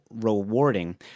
rewarding